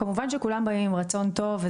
כמובן שכולם באים עם רצון טוב,